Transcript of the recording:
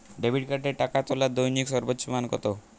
Debit কার্ডে টাকা তোলার দৈনিক সর্বোচ্চ মান কতো?